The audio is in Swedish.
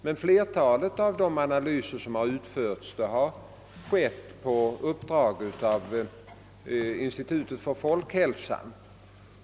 Men flertalet av de analy ser som utförts har skett på uppdrag av institutet för folkhälsan.